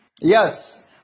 Yes